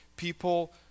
People